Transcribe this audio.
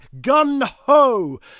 GUN-HO